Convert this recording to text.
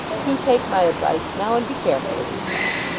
do take my advice now, and be careful of yourself